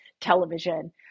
television